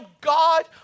God